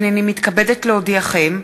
הנני מתכבדת להודיעכם,